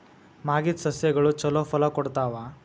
ಮಾಗಿದ್ ಸಸ್ಯಗಳು ಛಲೋ ಫಲ ಕೊಡ್ತಾವಾ?